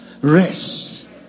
Rest